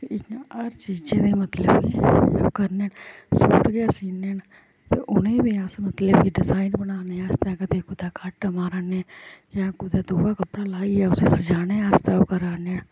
ते इ'यां हर चीजें दे मतलब एह् करने न सूट गै सीने न ते उ'नेंगी बी अस मतलब कि डिजाइन बनाने वास्तै कदें कुदै कट मारा'ने जां कुदै दूआ कपड़ा लाइयै उसी सजाने वास्तै ओह् करा ने